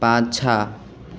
पाँछा